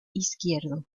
izquierdo